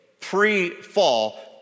pre-fall